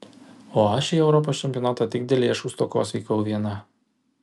o aš į europos čempionatą tik dėl lėšų stokos vykau viena